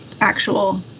actual